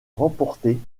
remportée